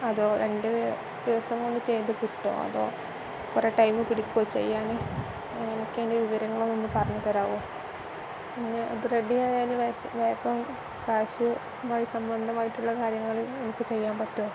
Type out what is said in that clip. അതോ രണ്ട് ദിവസംകൊണ്ട് ചെയ്ത് കിട്ടുമോ അതോ കുറേ ടൈമ് പിടിക്കുമോ ചെയ്യാൻ എനിക്കെൻ്റെ വിവരങ്ങളൊന്ന് പറഞ്ഞ് തരാമോ പിന്നെ അത് റെഡി ആായാൽ വേഗം കാശുമായി സംബന്ധമായിട്ടുള്ള കാര്യങ്ങൾ നമുക്ക് ചെയ്യാൻ പറ്റുമോ